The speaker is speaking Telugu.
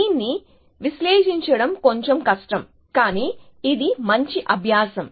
దీన్ని విశ్లేషించడం కొంచెం కష్టం కానీ ఇది మంచి అభ్యాసం